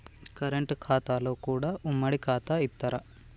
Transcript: Current ఖాతాలో కూడా ఉమ్మడి ఖాతా ఇత్తరా?